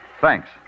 Thanks